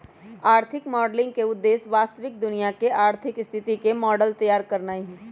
आर्थिक मॉडलिंग के उद्देश्य वास्तविक दुनिया के आर्थिक स्थिति के मॉडल तइयार करनाइ हइ